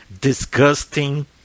disgusting